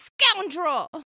scoundrel